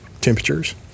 temperatures